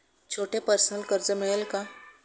छोटे पर्सनल कर्ज मिळेल का?